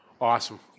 Awesome